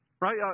Right